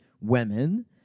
women